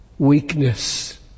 Weakness